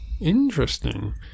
Interesting